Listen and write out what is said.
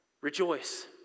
Rejoice